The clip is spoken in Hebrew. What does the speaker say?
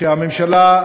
הממשלה,